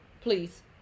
please